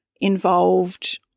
involved